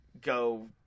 go